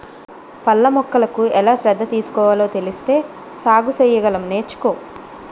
పళ్ళ మొక్కలకు ఎలా శ్రద్ధ తీసుకోవాలో తెలిస్తే సాగు సెయ్యగలం నేర్చుకో